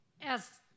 Yes